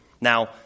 Now